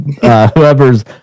whoever's